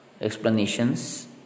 explanations